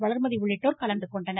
வளர்மதி உள்ளிட்டோர் கலந்துகொண்டனர்